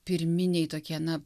pirminiai tokie na